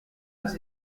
nous